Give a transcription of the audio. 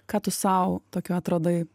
ką tu sau tokio atradai